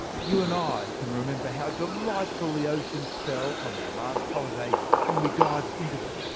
you and i can remember how delightful the ocean felt on our last holiday when we dived into it.